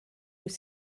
dwyt